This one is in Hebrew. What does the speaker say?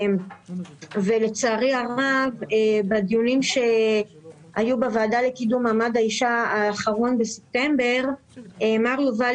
לצערי הרב בדיון שהיה בספטמבר בוועדה לקידום מעמד האישה מר יובל